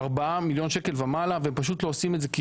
מיליון שקלים ומעלה ופשוט לא עושים את זה,